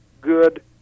good